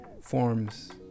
forms